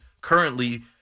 currently